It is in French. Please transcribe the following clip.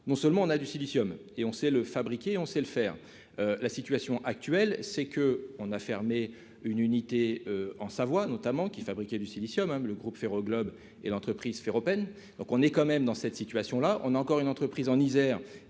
non seulement on a du silicium et on sait le fabriquer, on sait le faire, la situation actuelle, c'est que on a fermé une unité en Savoie notamment qui fabriquait du Silicium hein, le groupe Ferro globe et l'entreprise fait Open, donc on est quand même dans cette situation là, on a encore une entreprise en Isère,